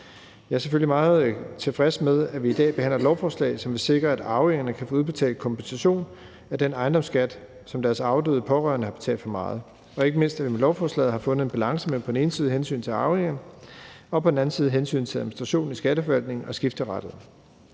Jeg er selvfølgelig meget tilfreds med, at vi i dag behandler et lovforslag, som vil sikre, at arvingerne kan få udbetalt kompensation af den ejendomsskat, som deres afdøde pårørende har betalt for meget, og ikke mindst, at vi med lovforslaget har fundet en balance mellem på den ene side hensynet til arvingerne og på den anden side hensynet til administration i Skatteforvaltningen og skifteretterne.